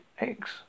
eggs